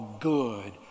good